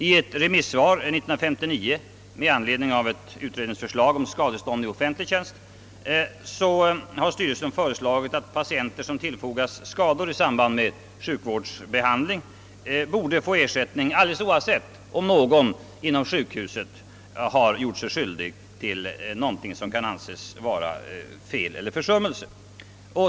I ett remissvar 1959 med anledning av ett utredningsförslag om skadestånd i offentlig tjänst har styrelsen föreslagit att patienter som tillfogats skador i samband med sjukhusbehandling borde få ersättning alldeles oavsett om personal inom sjukhuset kunde anses ha varit vållande.